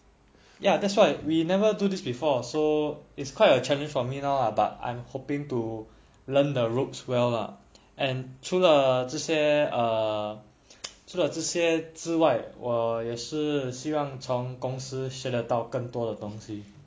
ya that's why we never do this before so it's quite a challenge for me now lah but I'm hoping to learn the ropes well lah and 除了这些 err 除了这些之外我也是希望从公司学得到更多的东西